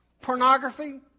pornography